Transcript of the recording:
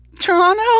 Toronto